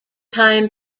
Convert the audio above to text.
time